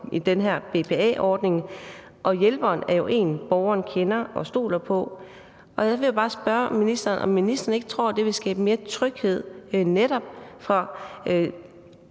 til den her BPA-ordning, og hjælperen er en, borgeren kender og stoler på. Og så vil jeg bare spørge, om ministeren ikke tror, det netop vil skabe mere tryghed for